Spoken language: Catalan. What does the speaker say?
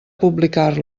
publicar